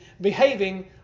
behaving